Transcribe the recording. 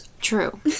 true